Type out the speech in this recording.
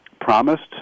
promised